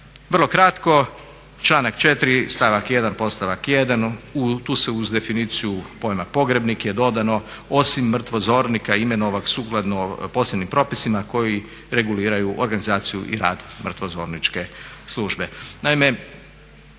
Vrlo kratko, članak 4. stavak 1. podstavak 1. tu se uz definiciju pojma pogrebnik je dodano osim mrtvozornika imenovanog sukladno posebnim propisima koji reguliraju organizaciju i rad mrtvozorničke službe.